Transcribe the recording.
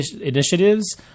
initiatives